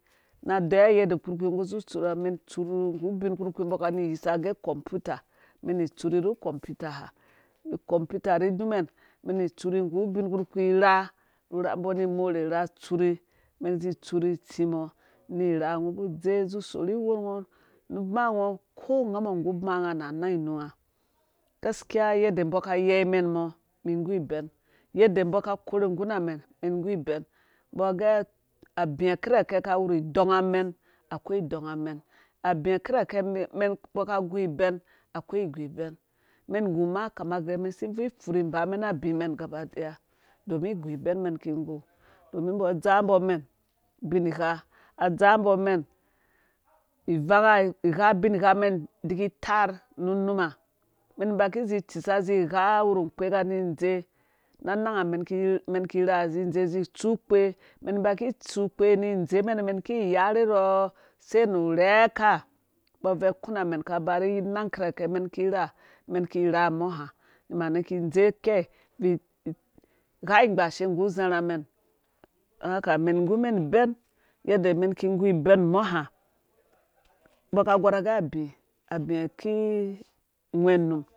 Na adeyiwa yenda kpurkpi ungo ku uzu utsuri uman itsuri nggu ubin. kpurkpi umbɔ aka ni iyis ugɛ computer umɛn ni itsuri ru u computer ha ucomputer ri idumɛn umɛn ni itsuri nggu ubin kpurkpi ura umbɔ ani imore ura atsuri umɛn izi itsuri itsi mɔ ni irha ungo udze uzi usorhi iyorngo nu uba ngo ko ungamɔ nggu uba nga nu anang inungo gaskiya yede umbɔ aka ayei umɛn mɔ umum igu ibɛn yede umbɔ umum igu ibɛn yede umbo aka akore angguna mɛn umum igu ibɛn umbɔ agɛ abi akirake aka awuri idɔngamɛn akoi idɔngamɛn abi akirake umɛn umbo aka agu ibɛn akoi igu ibɛn umɛn igu ma kama gɛ umɛn isi bvui ipfuri inbamɛn abimɛn gabadiya domin igu ibɛn umɛn ki igu domin umbɔ adzaa umɛn ivanga igha ubinghamɛn idiki itaar nu unuma umɛn ba ki izi cisa igha awurn unkekani indze ra ananga umɛn ki irha izi idzi izi itsu ukpe umɛn iba ki itsu kpe ni indzemɛn umɛn ki yare rɔ sai nu urɛɛka umbo abvui aku. na umɛn ka bara anang kirakɛ umɛn ki irha umɛn ki irha mɔ ha mani ki indɛikɛi ibvui igha ingbarashe nggu uzarha mɛn haka umɛn igumɛn pibɛn yede umɛn iki ingu ibɛn mɔ ha umbɔ aka agɔr agɛ abi ki ungwɛ num